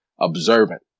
observant